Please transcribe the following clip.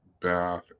Bath